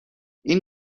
این